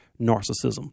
narcissism